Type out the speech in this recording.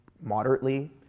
moderately